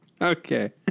Okay